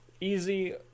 easy